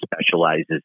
specializes